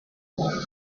watched